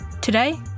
Today